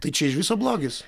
tai čia iš viso blogis